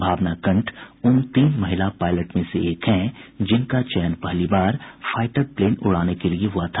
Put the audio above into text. भावना कंठ उन तीन महिला पायलट में से एक हैं जिनका चयन पहली बार फाइटर प्लेन उड़ाने के लिये हुआ था